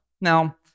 Now